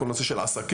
כל הנושא של עסקים,